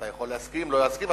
אתה יכול להסכים או לא להסכים,